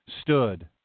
stood